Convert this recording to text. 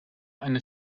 eine